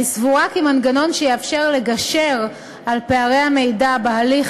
אני סבורה כי מנגנון שיאפשר לגשר על פערי המידע בהליך